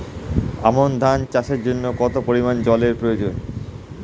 আমন ধান চাষের জন্য কত পরিমান জল এর প্রয়োজন?